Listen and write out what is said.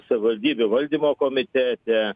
savaldybių valdymo komitete